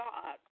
God